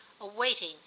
awaiting